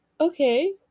Okay